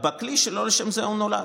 בכלי שלא לשם זה הוא נולד.